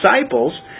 disciples